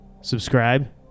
subscribe